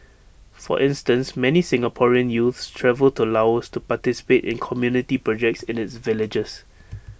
for instance many Singaporean youths travel to Laos to participate in community projects in its villages